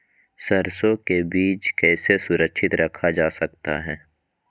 सरसो के बीज कैसे सुरक्षित रखा जा सकता है?